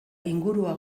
ingurua